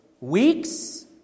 Weeks